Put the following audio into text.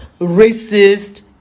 racist